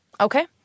Okay